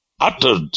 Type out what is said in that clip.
uttered